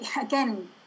again